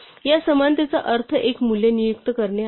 या समानतेचा अर्थ एक मूल्य नियुक्त करणे आहे